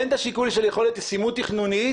אין את השיקול של יכולת ישימות תכנונית